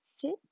fit